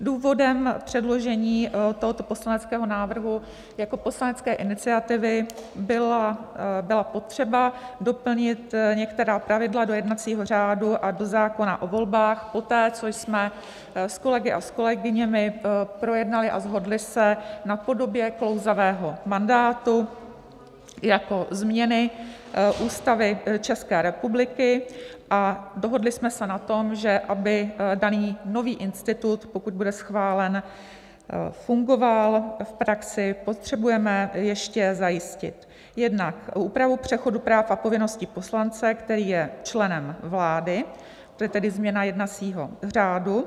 Důvodem předložení tohoto poslaneckého návrhu jako poslanecké iniciativy byla potřeba doplnit některá pravidla do jednacího řádu a do zákona o volbách poté, co jsme s kolegy a s kolegyněmi projednali a shodli se na podobě klouzavého mandátu jako změny Ústavy České republiky a dohodli jsme se na tom, že aby daný nový institut, pokud bude schválen, fungoval v praxi, potřebujeme ještě zajistit jednak úpravu přechodu práv a povinností poslance, který je členem vlády, to je tedy změna jednacího řádu.